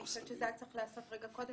אני חושבת שזה היה צריך להיעשות קודם,